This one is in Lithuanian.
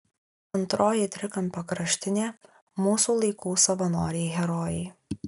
antroji trikampio kraštinė mūsų laikų savanoriai herojai